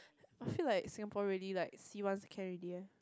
I feel like Singapore really like see once can already leh